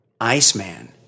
Iceman